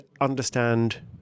understand